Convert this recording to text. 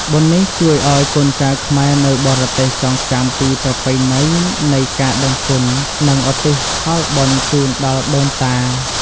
បុណ្យនេះជួយឱ្យកូនចៅខ្មែរនៅបរទេសចងចាំពីប្រពៃណីនៃការដឹងគុណ និងឧទ្ទិសផលបុណ្យជូនដល់ដូនតា។